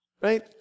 right